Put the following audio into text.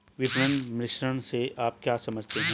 विपणन मिश्रण से आप क्या समझते हैं?